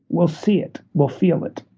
we'll see it. we'll feel it.